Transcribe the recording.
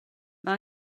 mae